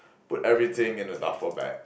put everything in a duffel bag